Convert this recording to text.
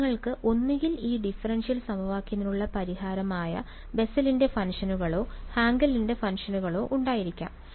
അതിനാൽ നിങ്ങൾക്ക് ഒന്നുകിൽ ഈ ഡിഫറൻഷ്യൽ സമവാക്യത്തിനുള്ള പരിഹാരമായ ബെസ്സലിന്റെ ഫംഗ്ഷനുകളോ Bessel's function ഹാങ്കെലിന്റെ ഫംഗ്ഷനുകളോ Hankel's function ഉണ്ടായിരിക്കാം